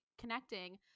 connecting